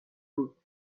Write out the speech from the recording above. بود